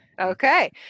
Okay